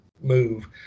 move